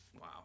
Wow